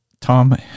Tom